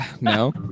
No